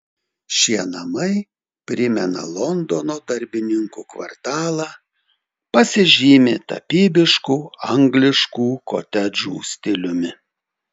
šie namai primena londono darbininkų kvartalą pasižymi tapybišku angliškų kotedžų stiliumi